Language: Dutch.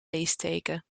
leesteken